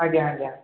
ଆଜ୍ଞା ଆଜ୍ଞା